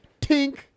Tink